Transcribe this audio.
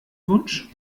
wunsch